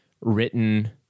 written